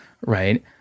right